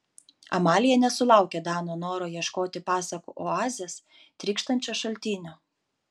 amalija nesulaukė dano noro ieškoti pasakų oazės trykštančio šaltinio